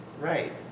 right